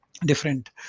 different